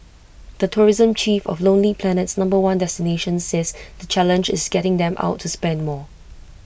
the tourism chief of lonely Planet's number one destination says the challenge is getting them out to spend more